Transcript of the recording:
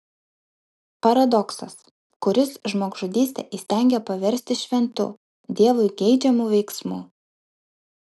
paradoksas kuris žmogžudystę įstengia paversti šventu dievui geidžiamu veiksmu